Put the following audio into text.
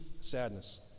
sadness